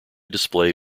display